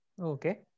Okay